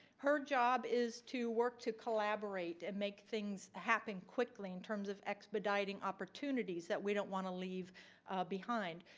her job is to work to collaborate and make things happening quickly in terms of expediting opportunities that we don't want to leave behind.